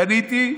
קניתי.